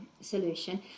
solution